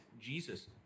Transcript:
Jesus